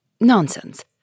Nonsense